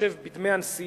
בהתחשב בדמי הנסיעה